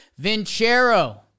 Vincero